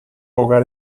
hogar